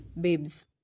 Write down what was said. babes